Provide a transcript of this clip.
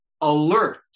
alert